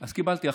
אז קיבלתי החלטה: